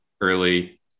early